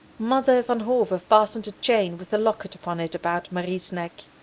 mother van hove fastened a chain with a locket upon it about marie's neck.